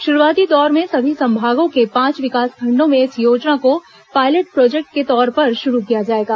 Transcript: शुरूआती दौर में सभी संभागों के पांच विकासखंडों में इस योजना को पॉयलेट प्रोजेक्ट के तौर पर शुरू किया जाएगा